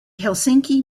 helsinki